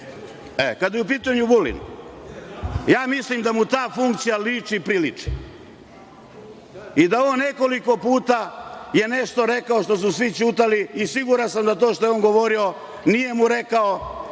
Kada je u pitanju Vulin, mislim da mu ta funkcija liči i priliči. I, da je on nekoliko puta je nešto rekao što su svi ćutali i video sam da to što je on govorio, nije mu rekao